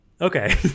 Okay